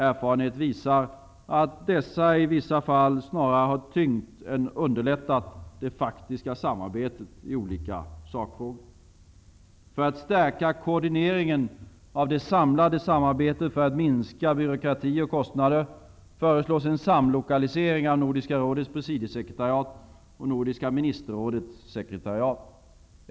Erfarenheterna visar att dessa i vissa fall snarare har tyngt än underlättat det faktiska samarbetet i olika sakfrågor. För att stärka koordineringen av det samlade samarbetet och för att minska byråkrati och kostnader föreslås en samlokalisering av Nordiska rådets presidiesekretariat och Nordiska ministerrådets sekretariat.